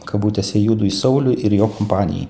kabutėse judui sauliui ir jo kompanijai